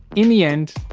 in the end,